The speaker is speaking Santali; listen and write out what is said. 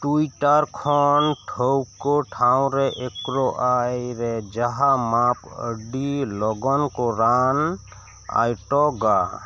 ᱴᱩᱭᱴᱟᱨ ᱠᱷᱚᱱ ᱴᱷᱟᱹᱣᱠᱟᱹ ᱴᱷᱟᱶ ᱨᱮ ᱮᱠᱨᱚ ᱟᱭ ᱨᱮ ᱡᱟᱦᱟᱸ ᱢᱟᱯ ᱟᱹᱰᱤ ᱞᱚᱜᱚᱱ ᱠᱚ ᱨᱟᱱ ᱟᱭᱴᱚᱜᱟ